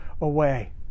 away